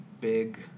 big